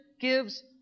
gives